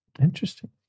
Interesting